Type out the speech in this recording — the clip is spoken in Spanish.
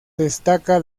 destaca